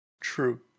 True